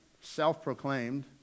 self-proclaimed